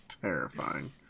Terrifying